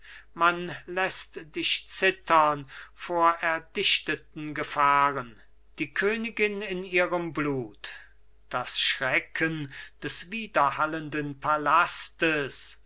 man läßt dich zittern vor erdichteten gefahren die königin in ihrem blut das schrecken des widerhallenden palastes